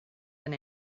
been